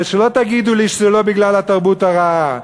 ושלא תגידו לי שזה לא בגלל התרבות הרעה.